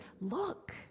Look